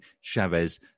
Chavez